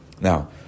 Now